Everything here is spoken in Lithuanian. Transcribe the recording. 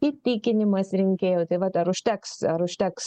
įtikinimas rinkėjų tai vat ar užteks ar užteks